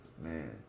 man